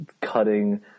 cutting